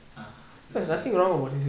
ah that's why